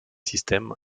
systèmes